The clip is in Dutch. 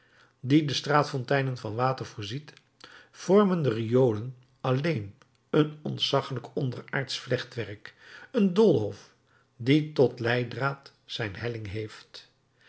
die de straatfonteinen van water voorziet vormen de riolen alleen een ontzaggelijk onderaardsch vlechtwerk een doolhof die tot leiddraad zijn helling heeft